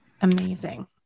amazing